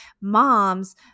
moms